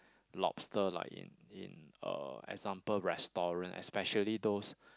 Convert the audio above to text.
lobster like in in uh example restaurant especially those